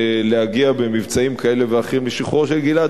להגיע במבצעים כאלה ואחרים לשחרורו של גלעד.